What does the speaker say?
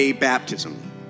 baptism